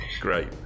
Great